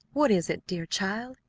what is it, dear child?